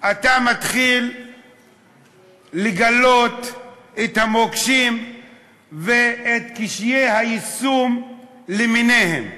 אתה מתחיל לגלות את המוקשים ואת קשיי היישום למיניהם.